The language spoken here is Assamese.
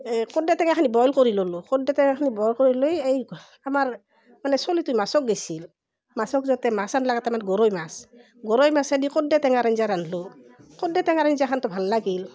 এই কৰ্দৈ টেঙাখিনি বইল কৰি ল'লো কৰ্দৈ টেঙাখিনি বইল কৰি লৈ এই আমাৰ মানে চলিটো মাছত গৈছিল মাছত যাওঁতে মাছ আনলাক কেইটামান গৰৈ মাছ গৰৈ মাছে দি কৰ্দৈ টেঙাৰ আঞ্জা ৰান্ধিলো কৰ্দৈ টেঙাৰ আঞ্জাখনটো ভাল লাগিল